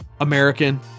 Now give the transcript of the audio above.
American